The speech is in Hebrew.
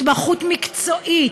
התמחות מקצועית,